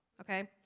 okay